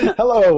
hello